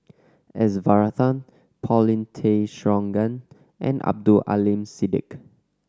S Varathan Paulin Tay Straughan and Abdul Aleem Siddique